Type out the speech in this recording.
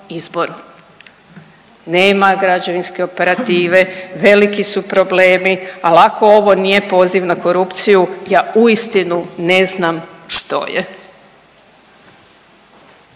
Nema građevinske operative, veliki su problemi, al ako ovo nije poziv na korupciju ja uistinu ne znam što je.